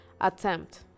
attempt